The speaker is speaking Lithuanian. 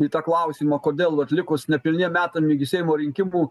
į tą klausimą kodėl vat likus nepilniem metam iki seimo rinkimų